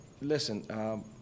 listen